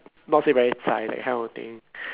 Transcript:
not say very zai that kind of thing